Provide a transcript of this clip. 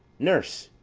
nurse!